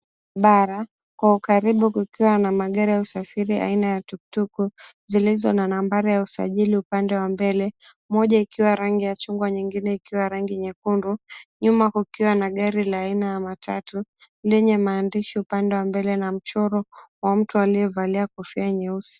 Bara, kwa ukaribu kukiwa na magari ya usafiri aina ya tuktuku. Zikiwa na nambari ya usajili upande wa mbele. Moja ikiwa rangi ya chungwa, nyingine ikiwa rangi nyekundu. Nyuma kukiwa na gari la aina ya matatu, lenye maandishi upande wa mbele, na mchoro wa mtu aliyevalia kofia nyeusi.